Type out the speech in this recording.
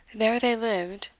there they lived,